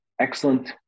excellent